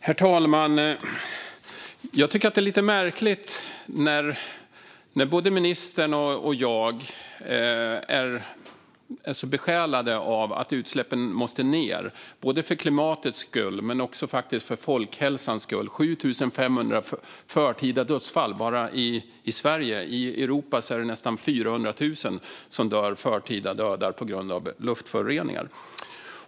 Herr talman! Både ministern och jag är besjälade av att utsläppen måste ned, både för klimatets skull och för folkhälsans skull. Det sker 7 500 förtida dödsfall bara i Sverige, och i Europa är det nästan 400 000 som dör i förtid på grund av luftföroreningar.